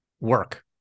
work